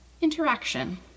interaction